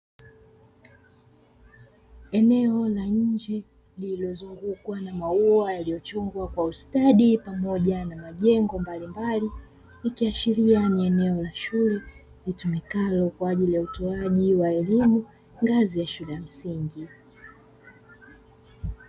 Eneo la nje lililozungukwa na maua yaliyochongwa kwa ustadi pamoja na majengo mbalimbali, ikiashiria ni eneo la shule litumikalo kwa ajili ya utoaji wa elimu ngazi ya shule ya msingi.